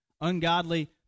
ungodly